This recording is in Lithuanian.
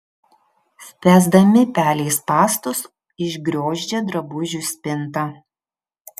spęsdami pelei spąstus išgriozdžia drabužių spintą